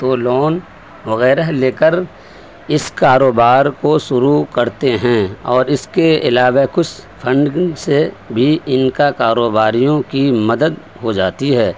تو لون وغیرہ لے کر اس کاروبار کو شروع کرتے ہیں اور اس کے علاوہ کچھ فنڈ سے بھی ان کا کاروباریوں کی مدد ہو جاتی ہے